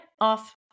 off